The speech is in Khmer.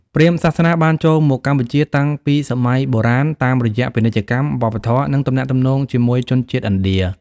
ព្រាហ្មណ៍សាសនាបានចូលមកកម្ពុជាតាំងពីសម័យបុរាណតាមរយៈពាណិជ្ជកម្ម វប្បធម៌ និងទំនាក់ទំនងជាមួយជនជាតិឥណ្ឌា ។